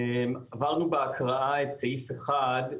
עברנו בהקראה את סעיף אחד,